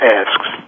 asks